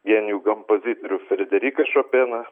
genijų kompozitorių frederiką šopėną